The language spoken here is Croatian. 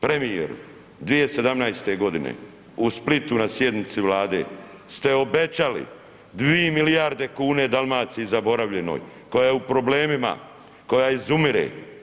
Premijeru, 2017.g. u Splitu na sjednici vlade ste obećali 2 milijarde kuna Dalmaciji zaboravljenoj koja je u problemima, koja izumire.